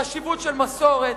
חשיבות של מסורת,